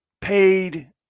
paid